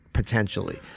potentially